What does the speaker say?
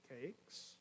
cakes